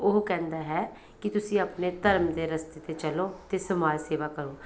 ਉਹ ਕਹਿੰਦਾ ਹੈ ਕਿ ਤੁਸੀਂ ਆਪਣੇ ਧਰਮ ਦੇ ਰਸਤੇ 'ਤੇ ਚੱਲੋ ਅਤੇ ਸਮਾਜ ਸੇਵਾ ਕਰੋ